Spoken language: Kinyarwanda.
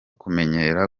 kumenyera